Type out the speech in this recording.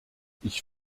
ich